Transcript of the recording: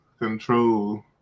control